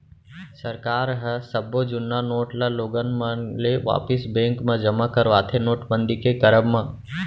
सरकार ह सब्बो जुन्ना नोट ल लोगन मन ले वापिस बेंक म जमा करवाथे नोटबंदी के करब म